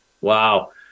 Wow